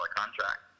contract